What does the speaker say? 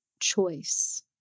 choice